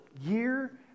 year